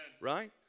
right